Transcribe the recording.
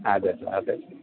അതെ സാർ അതെ